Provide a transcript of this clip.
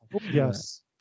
Yes